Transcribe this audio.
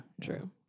True